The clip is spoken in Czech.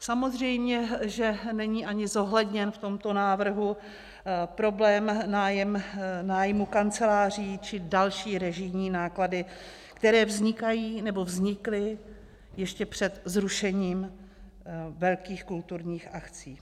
Samozřejmě že není ani zohledněn v tomto návrhu problém nájmu kanceláří či další režijní náklady, které vznikají nebo vznikly ještě před zrušením velkých kulturních akcí.